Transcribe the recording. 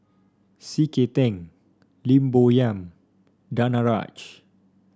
C K Tang Lim Bo Yam Danaraj